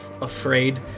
afraid